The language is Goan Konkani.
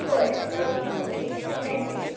बरें ओके बरें हय थेंक्यू